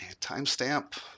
timestamp